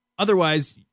Otherwise